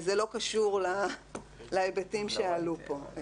זה לא קשור להיבטים שעלו פה.